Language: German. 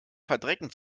verdrecken